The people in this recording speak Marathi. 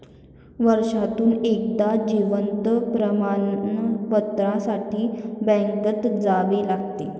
वर्षातून एकदा जीवन प्रमाणपत्रासाठी बँकेत जावे लागते